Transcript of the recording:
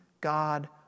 God